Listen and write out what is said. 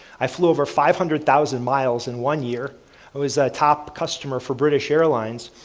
i flew over five hundred thousand miles in one year, i was the top customer for british airlines,